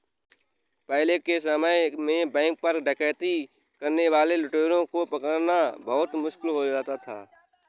पहले के समय में बैंक पर डकैती करने वाले लुटेरों को पकड़ना बहुत मुश्किल हो जाता था